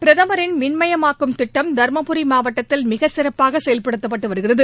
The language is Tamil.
பிரதமின் மின்மயமாக்கும் திட்டம் தருமபுரி மாவட்டத்தில் மிகச் சிறப்பாக செயல்படுத்தப்பட்டு வருகிறது